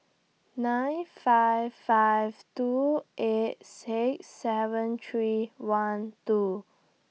nine five five two eight six seven three one two